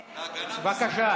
התקציב, ואתה תוכל לתמוך,